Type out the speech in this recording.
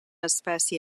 espècie